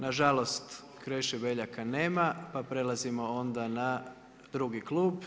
Na žalost Kreše Beljaka nema, pa prelazimo onda na drugi klub.